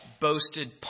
boasted